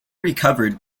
recovered